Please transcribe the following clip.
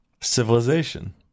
Civilization